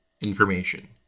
information